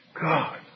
God